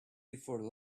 before